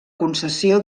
concessió